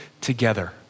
together